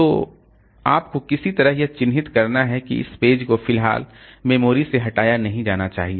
तो आपको किसी तरह यह चिन्हित करना है कि इस पेज को फिलहाल मेमोरी से हटाया नहीं जाना चाहिए